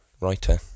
writer